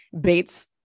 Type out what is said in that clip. Bates